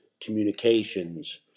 communications